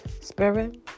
Spirit